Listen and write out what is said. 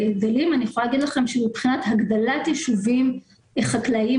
אני יכולה להגיד לכם שמבחינת הגדלת יישובים חקלאיים,